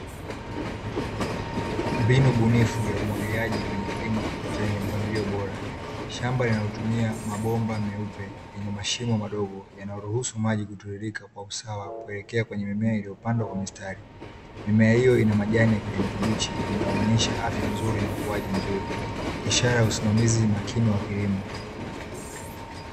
Mbinu bunifu ya umwagiliaji kwenye kilimo chenye mpangilio bora shamba linalotumia mabomba meupe yenye mashimo madogo yanayoruhusu maji kuturirika kwa usawa kuelekea kwenye mimea iliyopandwa kwa mistari. Mimea hiyo ina majani ya kijani kibichi inaonyesha afya nzuri na ukuaji mzuri, ishara ya usimamizi makini wa kilimo.